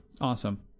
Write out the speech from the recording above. Awesome